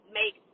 make